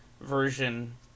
version